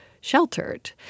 sheltered